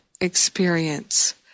experience